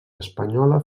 espanyola